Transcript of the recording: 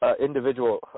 individual